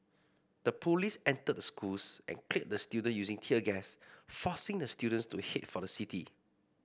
the police entered the schools and cleared the student using tear gas forcing the students to head for the city